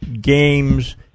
games